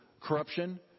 corruption